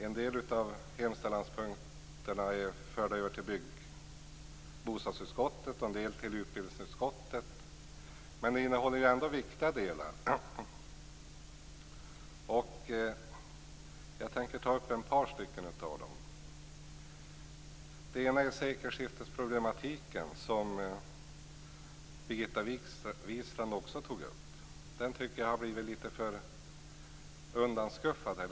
En del av hemställanspunkterna är förda till bostadsutskottet och en del till utbildningsutskottet. Men det innehåller ändå viktiga delar. Jag tänker ta upp ett par av dem. Det ena är sekelskiftesproblematiken, som Birgitta Wistrand också tog upp. Den tycker jag har blivit litet för undanskuffad här.